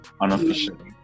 Unofficially